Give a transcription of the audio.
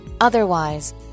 Otherwise